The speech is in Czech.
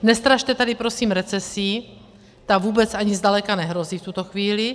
Nestrašte tady prosím recesí, ta vůbec ani zdaleka nehrozí v tuto chvíli.